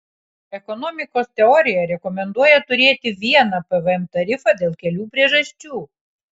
ekonomikos teorija rekomenduoja turėti vieną pvm tarifą dėl kelių priežasčių